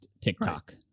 TikTok